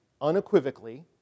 unequivocally